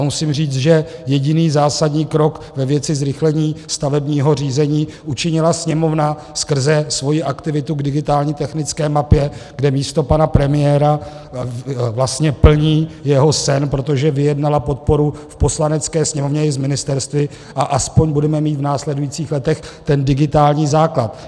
Musím říci, že jediný zásadní krok ve věci zrychlení stavebního řízení učinila Sněmovna skrze svoji aktivitu k digitální technické mapě, kde místo pana premiéra vlastně plní jeho sen, protože vyjednala podporu v Poslanecké sněmovně i s ministerstvy a aspoň budeme mít v následujících letech ten digitální základ.